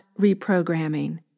reprogramming